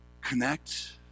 connect